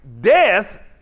Death